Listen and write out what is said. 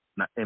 na